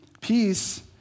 peace